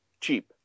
cheap